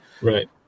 Right